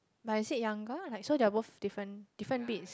but is it younger like so they are both different different breeds